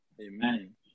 Amen